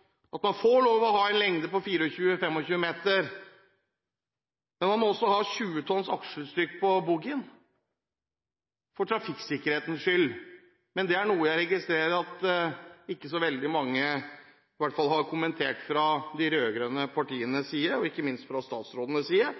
at man faktisk får kjøre med 60 tonn og ha en lengde på 24–25 meter. Man må også ha 20 tonn akseltrykk på boggien for trafikksikkerhetens skyld. Jeg registrerer at ikke mange har kommentert dette fra de rød-grønne partienes side, og heller ikke fra statsrådenes side.